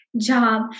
job